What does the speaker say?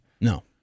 No